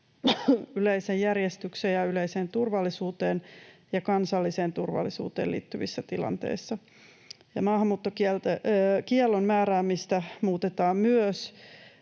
yleiseen järjestykseen ja yleiseen turvallisuuteen ja kansalliseen turvallisuuteen liittyvissä tilanteissa. Ja maahanmuuttokiellon määräämistä muutetaan myös.